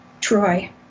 Troy